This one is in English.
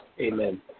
Amen